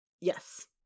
yes